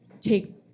take